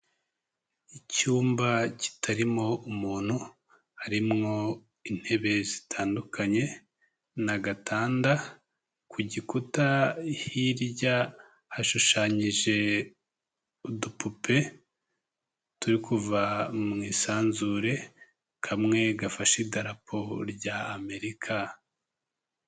Icyumba kitarimo umuntu, harimwo intebe zitandukanye n'agatanda. Ku gikuta hirya hashushanyije udupupe turi kuva mu isanzure, kamwe gafashe idarapo rya Amerika.